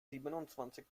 siebenundzwanzig